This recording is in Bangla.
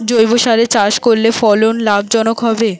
জৈবসারে চাষ করলে ফলন লাভজনক হবে?